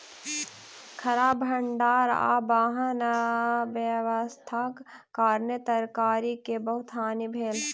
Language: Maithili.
खराब भण्डार आ वाहन व्यवस्थाक कारणेँ तरकारी के बहुत हानि भेल